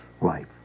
life